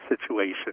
situation